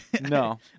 No